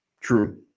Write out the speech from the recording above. True